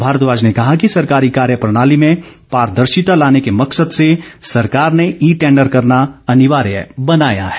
भारद्वाज ने कहा कि सरकारी कार्य प्रणाली में पारदर्शिता लाने के मकसद से सरकार ने ई टैंडर करना अनिवार्य बनाया है